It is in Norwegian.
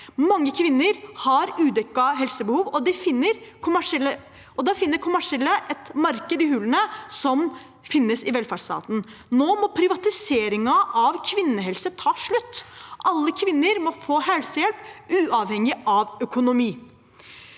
Mange kvinner har et udekket helsebehov, og da finner kommersielle et marked i hullene som finnes i velferdsstaten. Nå må privatiseringen av kvinnehelse ta slutt. Alle kvinner må å få helsehjelp, uavhengig av økonomi.